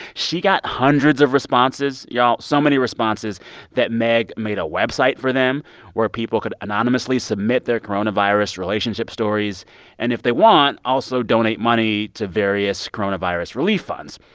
she got hundreds of responses, y'all so many responses that meg made a website for them where people could anonymously submit their coronavirus relationship stories and, if they want, also donate money to various coronavirus relief funds.